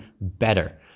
better